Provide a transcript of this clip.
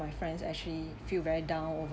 my friends actually feel very down